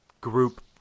group